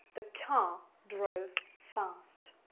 the car drove fast.